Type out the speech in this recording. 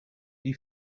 die